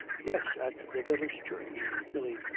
yes, at the village church billy.